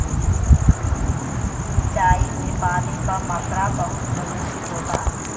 सिंचाई में पानी क मात्रा बहुत जरूरी होला